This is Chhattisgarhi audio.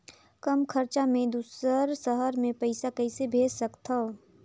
कम खरचा मे दुसर शहर मे पईसा कइसे भेज सकथव?